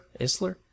Isler